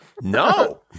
No